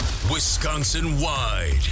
Wisconsin-wide